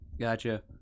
Gotcha